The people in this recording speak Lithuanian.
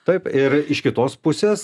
taip ir iš kitos pusės